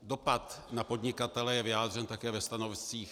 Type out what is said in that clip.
Dopad na podnikatele je vyjádřen také ve stanoviscích.